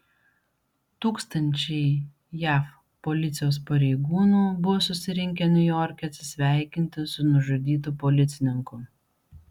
tūkstančiai jav policijos pareigūnų buvo susirinkę niujorke atsisveikinti su nužudytu policininku